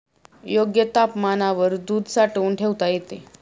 योग्य तापमानावर दूध साठवून ठेवता येते